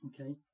Okay